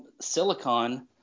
silicon